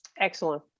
Excellent